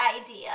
idea